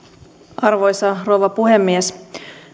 arvoisa rouva puhemies